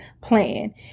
plan